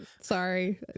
Sorry